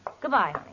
Goodbye